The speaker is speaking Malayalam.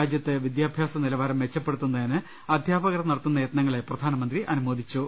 രാജ്യത്ത് വിദ്യാഭ്യാസ നിലവാരം മെച്ചപ്പെടുത്തുന്നതിന് അധ്യാപകർ നടത്തുന്ന യത്നങ്ങളെ പ്രധാനമന്ത്രി അനുമോദിച്ചു